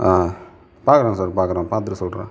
பார்க்குறேன் சார் பார்க்குறேன் பார்த்துட்டு சொல்கிறேன்